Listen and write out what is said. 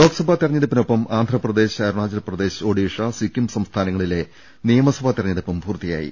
ലോക്സഭാ തെരഞ്ഞെടുപ്പിനൊപ്പം ആന്ധ്രപ്രദേശ് അരുണാചൽ പ്രദേശ് ഒഡീഷ സിക്കിം സംസ്ഥാനങ്ങളിലെ നിയമസഭാ തെര ഞ്ഞെടുപ്പും പൂർത്തിയായി